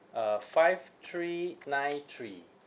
uh five three nine three